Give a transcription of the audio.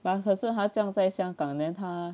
可是他这样在香港 then 他